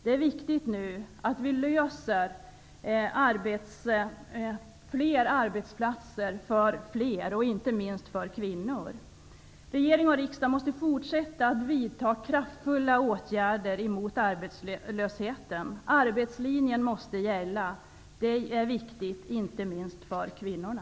Det är nu viktigt att vi åstadkommer fler arbetsplatser, inte minst för kvinnor. Regering och riksdag måste fortsätta att vidta kraftfulla åtgärder mot arbetslösheten. Arbetslinjen måste gälla. Det är viktigt, inte minst för kvinnorna.